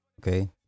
okay